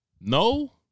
No